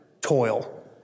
toil